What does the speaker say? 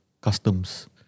customs